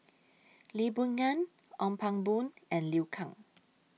Lee Boon Ngan Ong Pang Boon and Liu Kang